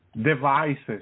devices